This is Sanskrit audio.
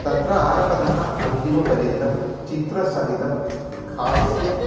तत्र आरम्भतः अन्तिमपर्यन्तं चित्रसहितं हास्य